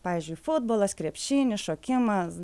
pavyzdžiui futbolas krepšinis šokimas